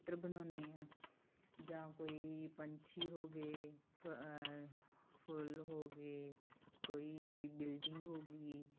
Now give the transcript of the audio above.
ਚਿੱਤਰ ਬਣਾਉਂਦੇ ਹਾਂ ਜਾਂ ਕੋਈ ਪੰਛੀ ਹੋ ਗਏ ਫ ਫੁੱਲ ਹੋ ਗਏ ਕੋਈ ਬਿਲਡਿੰਗ ਹੋ ਗਈ